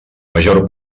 major